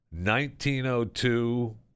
1902